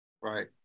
right